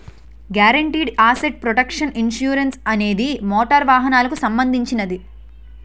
guaranteed asset protection insurance అనేది motor వాహనాలకు సంబంధించినది